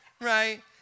right